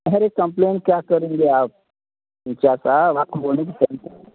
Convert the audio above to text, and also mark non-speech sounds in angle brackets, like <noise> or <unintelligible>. अरे कंप्लेन क्या करेंगे आप इंचार्ज साहब आपको बोलने की <unintelligible>